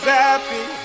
happy